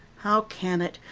how can it,